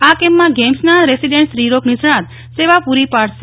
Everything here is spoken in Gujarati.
આ કેમ્પમાં ગેઇમ્સના રેસિડેન્ટ સ્ત્રીરોગ નિષ્ણાત સેવા પૂરી પાડશે